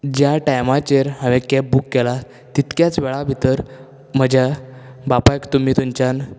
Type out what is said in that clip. ज्या टायमाचेर हांवें कॅब बूक केला तितकेच वेळा भितर म्हज्या बापायक तुमी थंयच्यान